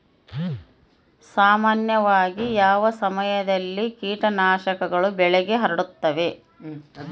ಸಾಮಾನ್ಯವಾಗಿ ಯಾವ ಸಮಯದಲ್ಲಿ ಕೇಟನಾಶಕಗಳು ಬೆಳೆಗೆ ಹರಡುತ್ತವೆ?